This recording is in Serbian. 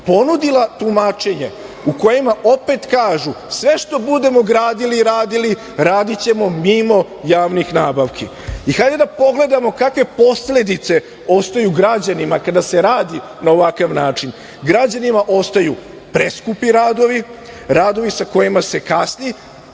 ponudila tumačenje u kojima opet kažu, sve što budemo gradili i radili, radićemo mimo javnih nabavki. Hajde da pogledamo kakve posledice ostaju građanima kada se radi na ovakav način. Građanima ostaju preskupi radovi, radovi sa kojima se kasni,